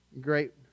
Great